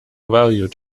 valued